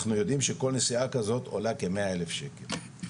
אנחנו יודעים שכל נסיעה כזאת עולה כמאה אלף שקל.